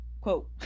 Quote